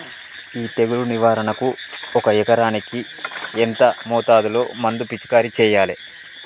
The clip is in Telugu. ఈ తెగులు నివారణకు ఒక ఎకరానికి ఎంత మోతాదులో మందు పిచికారీ చెయ్యాలే?